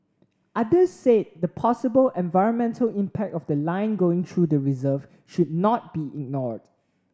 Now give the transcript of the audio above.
others said the possible environmental impact of the line going through the reserve should not be ignored